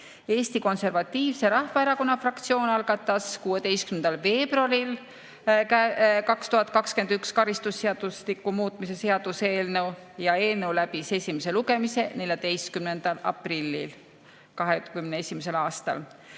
Eesti Konservatiivse Rahvaerakonna fraktsioon algatas 16. veebruaril 2021 karistusseadustiku muutmise seaduse eelnõu ja eelnõu läbis esimese lugemise 14. aprillil 2021. aastal.